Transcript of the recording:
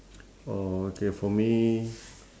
okay for me